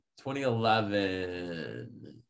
2011